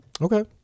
Okay